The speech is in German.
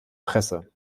presse